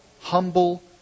humble